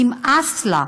נמאס לה.